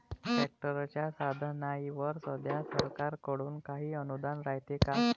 ट्रॅक्टरच्या साधनाईवर सध्या सरकार कडून काही अनुदान रायते का?